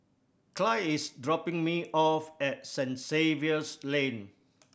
Clide is dropping me off at Saint Xavier's Lane